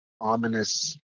ominous